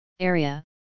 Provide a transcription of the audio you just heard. area